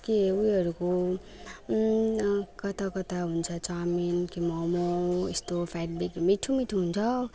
के उयोहरूको कता कता हुन्छ चाउमिन कि मम यस्तो फ्याटबेक मिठो मिठो हुन्छ